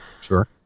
sure